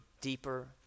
deeper